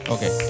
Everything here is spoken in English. Okay